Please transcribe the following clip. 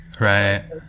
right